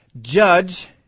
judge